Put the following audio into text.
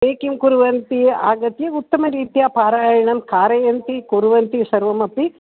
ते किं कुर्वन्ति आगत्य उत्तमरीत्या पारायणं कारयन्ति कुर्वन्ति सर्वमपि